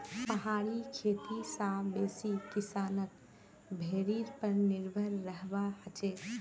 पहाड़ी खेती स बेसी किसानक भेड़ीर पर निर्भर रहबा हछेक